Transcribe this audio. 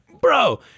Bro